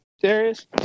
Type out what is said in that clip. Darius